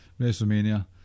WrestleMania